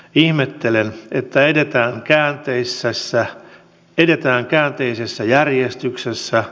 ihmettelen että edetään käänteisessä järjestyksessä